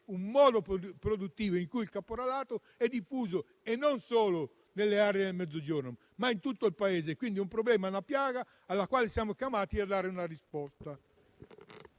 un modo produttivo in cui il caporalato è diffuso e non solo nelle aree del Mezzogiorno, ma in tutto il Paese. Si tratta, quindi, di una piaga alla quale siamo chiamati a trovare una soluzione.